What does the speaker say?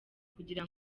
kugira